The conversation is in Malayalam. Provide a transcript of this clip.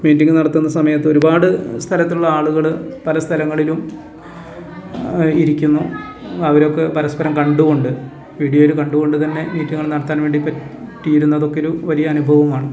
മീറ്റിംഗ് നടത്തുന്ന സമയത്ത് ഒരുപാട് സ്ഥലത്തുള്ള ആളുകൾ പല സ്ഥലങ്ങളിലും ഇരിക്കുന്നു അവരൊക്കെ പരസ്പരം കണ്ടു കൊണ്ട് വീഡിയോയിൽ കണ്ടു കൊണ്ടു തന്നെ മീറ്റിങ്ങുകൾ നടത്താൻ വേണ്ടി പറ്റിയിരുന്നതൊക്കെയൊരു വലിയ അനുഭവമാണ്